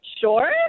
sure